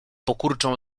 pokurczą